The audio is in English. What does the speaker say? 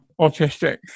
autistic